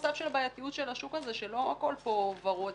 הבעייתיות של השוק הזה שלא הכול כאן ורוד.